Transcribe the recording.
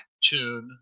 tune